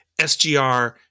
SGR